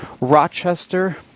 Rochester